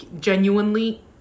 genuinely